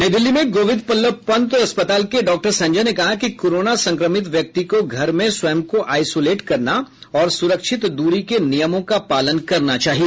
नई दिल्ली में गोविंद बल्लभ पंत अस्पताल के डॉक्टर संजय ने कहा कि कोरोना संक्रमित व्यक्ति को घर मे स्वयं को आइसोलेट करना और सुरिक्षत दूरी के नियमों का पालन करना चाहिए